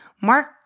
Mark